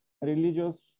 religious